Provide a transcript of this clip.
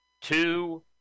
two